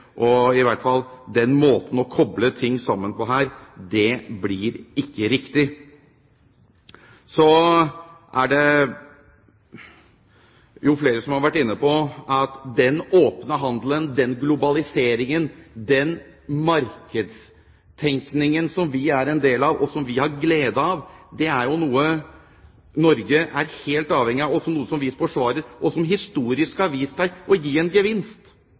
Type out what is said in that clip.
Og i hvert fall: Den måten å koble ting sammen på her, blir ikke riktig. Så er det flere som har vært inne på at den åpne handelen, den globaliseringen og den markedstenkningen som vi er en del av, og som vi har glede av, er noe Norge er helt avhengig av, og også noe som vi forsvarer, og som historisk har vist seg å gi en gevinst